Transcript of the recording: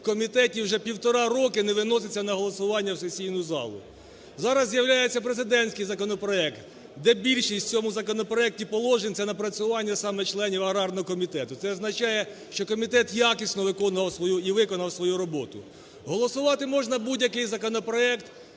в комітеті, вже півтора роки не виноситься на голосування в сесійну залу. Зараз з'являється президентський законопроект, де більшість в цьому законопроекті положень – це напрацювання саме членів аграрного комітету. Це означає, що комітет якісно виконував свою і виконав свою роботу. Голосувати можна будь-який законопроект